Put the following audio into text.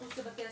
מחוץ לבתי הספר,